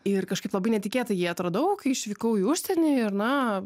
ir kažkaip labai netikėtai jį atradau kai išvykau į užsienį ir na